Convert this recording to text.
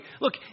Look